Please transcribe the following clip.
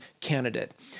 candidate